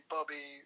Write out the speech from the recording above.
Bobby